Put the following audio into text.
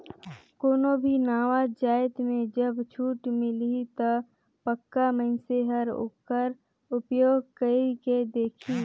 कोनो भी नावा जाएत में जब छूट मिलही ता पक्का मइनसे हर ओकर उपयोग कइर के देखही